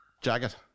jacket